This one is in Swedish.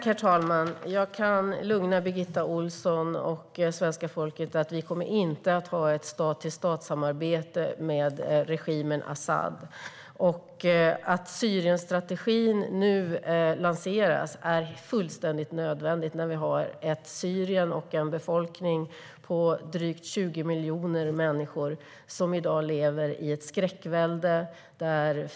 Herr talman! Jag kan lugna Birgitta Ohlsson och svenska folket med att vi inte kommer att ha ett stat-till-stat-samarbete med regimen Asad. Det är nödvändigt att Syrienstrategin lanseras nu. En befolkning på drygt 20 miljoner människor lever i dag i ett skräckvälde i Syrien.